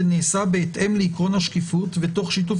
ונעשה בהתאם לעיקרון השקיפות ותוך שיתוף